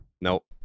Nope